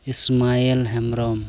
smile Hembrom